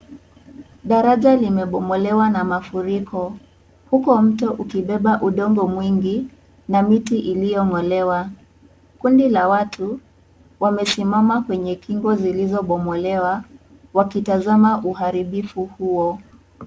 Daraja limebomolewa na mafuriko huko, mto ukibeba udongo mwingi na miti iliyong'olewa, kundi la watu wamesimama kwenye kingo zilizo bomolewa wakitazama uharibivu huo.